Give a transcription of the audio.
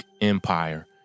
Empire